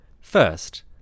First